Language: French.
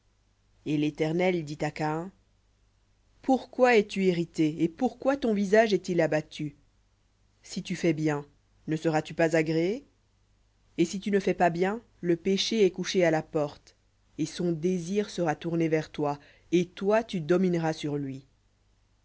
et l'éternel dit à caïn pourquoi es-tu irrité et pourquoi ton visage est-il abattu si tu fais bien ne seras-tu pas agréé et si tu ne fais pas bien le péché est couché à la porte et son désir sera vers toi et toi tu domineras sur lui